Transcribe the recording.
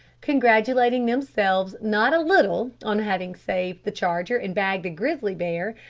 congratulating themselves not a little on having saved the charger and bagged a grizzly bear,